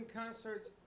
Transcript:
concerts